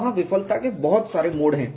वहां विफलता के बहुत सारे मोड हैं